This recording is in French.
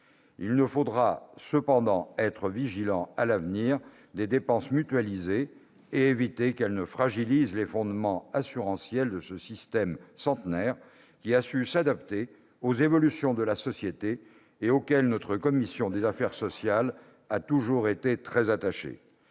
Il nous faudra cependant être vigilants concernant l'avenir des dépenses mutualisées, afin d'éviter qu'elles ne fragilisent les fondements assurantiels de ce système centenaire, qui a su s'adapter aux évolutions de la société et auquel notre commission des affaires sociales a toujours été très attachée.